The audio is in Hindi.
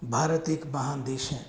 भारत एक महान देश है